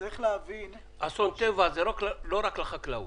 אסון טבע זה לא רק לחקלאות.